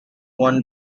one